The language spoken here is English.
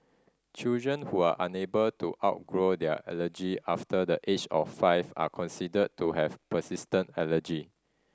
children who are unable to outgrow their allergy after the age of five are considered to have persistent allergy